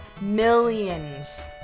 Millions